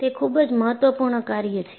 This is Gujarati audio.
તે ખૂબ જ મહત્વપૂર્ણ કાર્ય છે